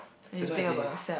that's why I say